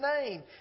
name